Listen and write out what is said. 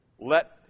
let